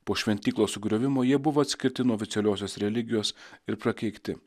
po šventyklos sugriovimo jie buvo atskirti nuo oficialiosios religijos ir prakeikti